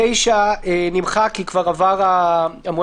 סעיף (9) נמחק כי כבר עבר המועד